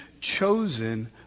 chosen